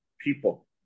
people